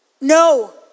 no